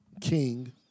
King